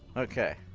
okay